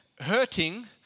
hurting